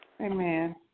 Amen